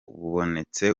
bubonetse